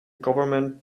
government